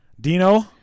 Dino